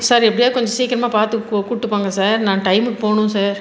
sir எப்டியாவது கொஞ்சம் சீக்கிரமா பார்த்து கூட்டி போங்க சார் நான் டைமுக்கு போகணும் சார்